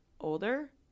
older